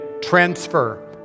transfer